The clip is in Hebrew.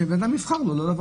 שהבן אדם לא יבוא למסעדה.